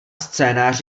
scénář